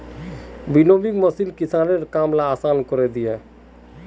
winnowing machine किसानेर काम आसान करे दिया छे